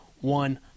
one